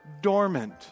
dormant